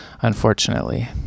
unfortunately